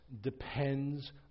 Depends